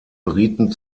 briten